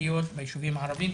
התשתיות ביישובים הערביים.